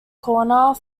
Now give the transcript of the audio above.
corner